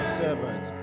servant